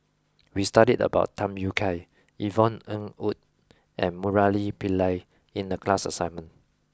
we studied about Tham Yui Kai Yvonne Ng Uhde and Murali Pillai in the class assignment